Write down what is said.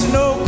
no